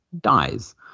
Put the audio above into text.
dies